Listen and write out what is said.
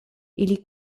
ili